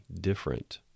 different